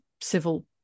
civil